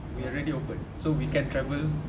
we already open so we can travel